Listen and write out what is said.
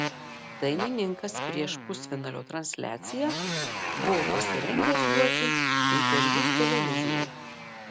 dainininkas prieš pusfinalio transliaciją buvo pasirengęs duoti interviu televizijai